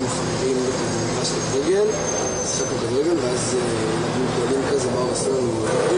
תודה שהצטרפתם אלינו לדיון בנושא הגנה על בני נוער וילדים מנזקי העישון.